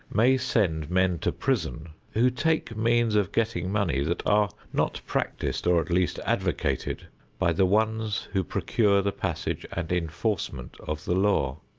may send men to prison who take means of getting money that are not practiced or at least advocated by the ones who procure the passage and enforcement of the law.